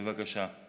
בבקשה.